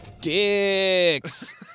Dicks